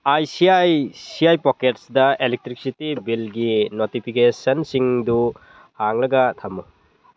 I C I C I ꯄꯣꯛꯀꯦꯠꯇ electricity ꯕꯤꯜꯒꯤ ꯅꯣꯇꯤꯐꯤꯀꯦꯁꯟꯁꯤꯡꯗꯨ ꯍꯥꯡꯂꯒ ꯊꯝꯃꯨ